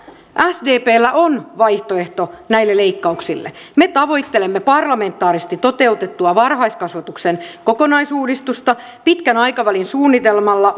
sdpllä on vaihtoehto näille leikkauksille me tavoittelemme parlamentaarisesti toteutettua varhaiskasvatuksen kokonaisuudistusta pitkän aikavälin suunnitelmalla